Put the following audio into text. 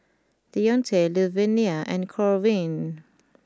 Deonte Luvenia and Corwin